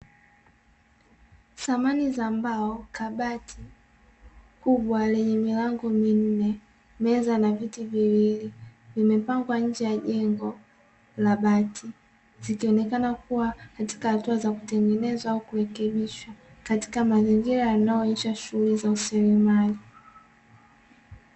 Samani za mbao, kabati kubwa lenye milango minne, meza na viti viwili. Vimepangwa nje ya jengo la bati, zikionekana zikiwa katika hatua ya kutengenezwa au kurekebishwa. Katika mazingira yanayoonesha shughli za useremala.